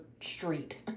street